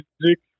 music